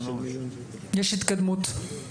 יש התקדמות.